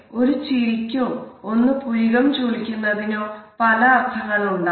ഒരു വാക്കിനെ നമ്മൾ വാക്യത്തിൽ പ്രയോഗിച്ചാൽ അതിന്റെ അർഥം കൂടുതൽ വ്യക്തമാകും